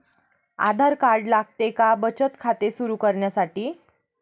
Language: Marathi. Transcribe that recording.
आधार कार्ड लागते का बचत खाते सुरू करण्यासाठी?